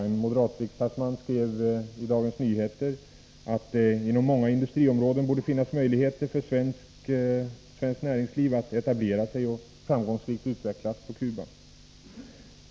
En moderat riksdagsman skrev i en artikel på Dagens Nyheters debattsida att det ”inom många industriområden borde finnas möjligheter för svenskt näringsliv att etablera sig och att framgångsrikt utvecklas på Cuba”.